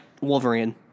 Wolverine